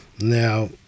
Now